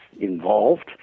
involved